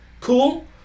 cool